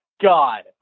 god